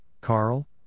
Carl